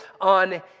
on